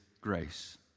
grace